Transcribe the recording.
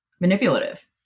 manipulative